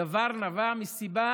הדבר נבע מסיבה,